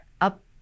up